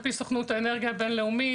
לפי סוכנות האנרגיה הבין לאומית,